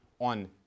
on